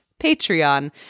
Patreon